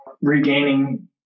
regaining